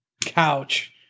couch